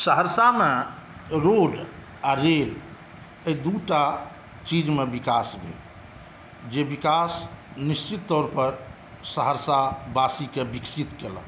सहरसामे रोड आओर रेल अइ दूटा चीजमे विकास भेल जे विकास निश्चित तौर पर सहरसावासीक विकसित केलक